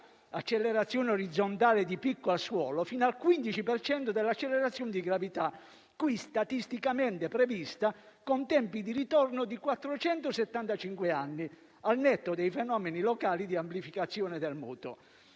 accelerazione orizzontale di picco al suolo (PGA) fino al 15 per cento dell'accelerazione di gravità, qui statisticamente prevista con tempi di ritorno di 475 anni, al netto dei fenomeni locali di amplificazione del moto.